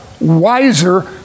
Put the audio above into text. wiser